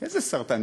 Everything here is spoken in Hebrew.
איזה סרטן?